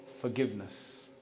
forgiveness